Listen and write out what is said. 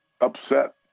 upset